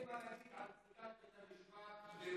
אין לך מה להגיד על פסקות בית המשפט הקשות בעניין,